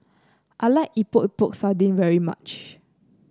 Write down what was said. I like Epok Epok Sardin very much